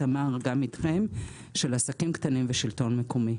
גם איתכם, תמר, של עסקים קטנים ושלטון מקומי.